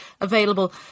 available